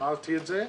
ואמרתי את זה,